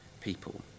people